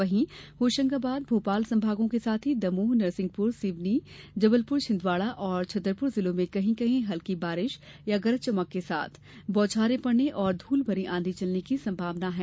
वहीं होशंगाबाद भोपाल सभागों के साथ ही दमोह नरसिंहपुर सिवनी जबलपुर छिंदवाड़ा और छतरपुर जिलों में कहीं कहीं हल्की बारिश या गरज चमक के साथ बौछारें पड़ने और धूल भरी आंधी चलने की संभावना है